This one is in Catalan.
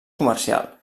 comercial